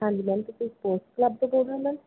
ਹਾਂਜੀ ਮੈਮ ਤੁਸੀਂ sports club ਤੋਂ ਬੋਲ ਰਹੇ ਹੋ ਮੈਮ